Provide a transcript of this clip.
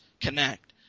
connect